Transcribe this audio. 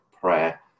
prayer